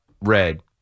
red